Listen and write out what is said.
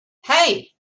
hey